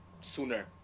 sooner